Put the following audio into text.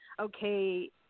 okay